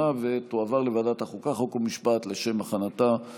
לוועדת החוקה, חוק ומשפט נתקבלה.